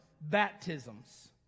baptisms